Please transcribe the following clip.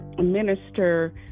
minister